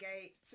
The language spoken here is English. Gate